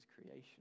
creation